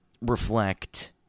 reflect